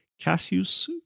Cassius